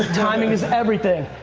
timing is everything.